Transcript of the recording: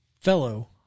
fellow